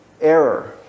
error